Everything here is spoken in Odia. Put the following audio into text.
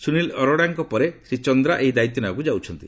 ସୁନୀଲ ଆରୋରାଙ୍କ ପରେ ଶ୍ରୀଚନ୍ଦ୍ରା ଏହି ଦାୟିତ୍ୱ ନେବାକୁ ଯାଉଛନ୍ତି